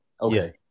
Okay